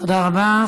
תודה רבה.